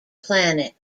planet